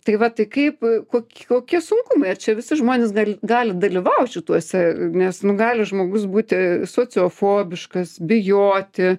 tai va tai kaip kok kokie sunkumai ar čia visi žmonės gali gali dalyvaut šituose nes nu gali žmogus būti sociofobiškas bijoti